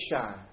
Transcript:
shine